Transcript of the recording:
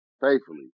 faithfully